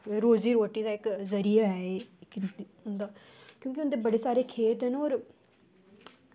रोजी रोटी दा इक्क जरिया ऐ एह् क्योंकि उंदे बड़े सारे खेत न होर